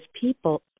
people